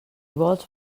vols